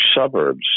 suburbs